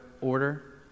order